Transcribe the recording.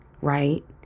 right